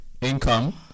income